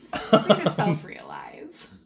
self-realize